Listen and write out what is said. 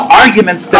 arguments